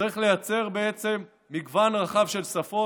צריך לייצר בעצם במגוון רחב של שפות.